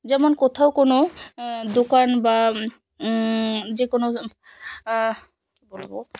যেমন কোথাও কোনো দোকান বা যে কোনো কি বলবো